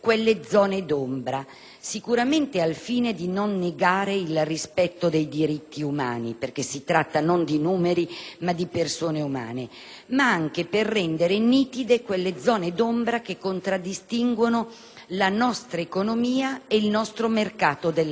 sicuramente al fine di non negare il rispetto dei diritti umani (perché si tratta non di numeri, ma di persone umane), ma anche per rendere nitide quelle zone d'ombra che contraddistinguono la nostra economia e il mercato del lavoro. Infatti,